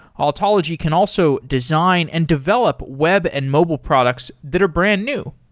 ah altology can also design and develop web and mobile products that are brand-new.